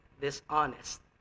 dishonest